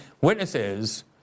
witnesses